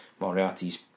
Moriarty's